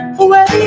away